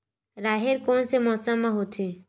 राहेर कोन से मौसम म होथे?